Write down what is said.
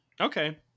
Okay